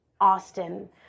Austin